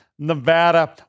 Nevada